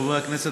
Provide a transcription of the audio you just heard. חברי הכנסת,